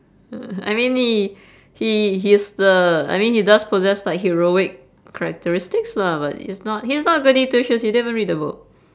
uh I mean he he he's the I mean he does possess like heroic characteristics lah but it's not he's not goody two shoes you didn't even read the book